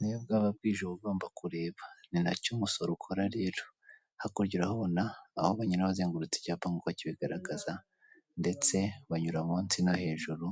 Niyo bwaba bwije uba ugomba kureba ni nacyo umusoro ukora rero, hakurya urahabona aho banyura bazengurutse nk'uko icyapa kibigaragaza ndetse banyura munsi no hejuru,